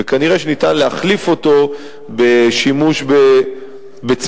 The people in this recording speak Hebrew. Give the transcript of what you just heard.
וכנראה ניתן להחליף אותו בשימוש בצמיגים.